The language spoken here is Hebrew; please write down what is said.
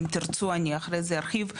אם תרצו אני אחרי זה ארחיב.